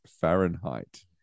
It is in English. Fahrenheit